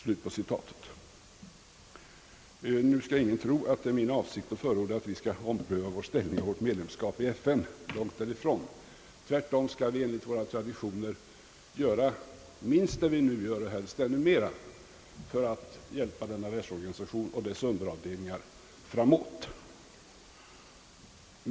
Nu skall väl ingen tro att det är min avsikt att förorda, att vi skall ompröva vår ställning och vårt medlemskap i FN — långt därifrån. Tvärtom skall vi enligt våra traditioner göra minst det vi nu gör och helst ännu mera för att hjälpa denna världsorganisation och dess underavdelningar framåt.